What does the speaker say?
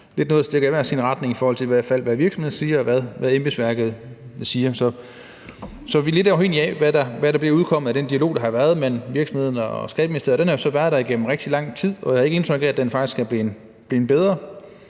sin retning, i hvert fald i forhold til hvad virksomheder siger, og hvad embedsværket siger. Så vi er lidt afhængige af, hvad der bliver udkommet af den dialog, der har været, mellem virksomhederne og Skatteministeriet. Den har jo så været der igennem rigtig lang tid, og jeg har ikke indtryk af, at den faktisk er blevet bedre.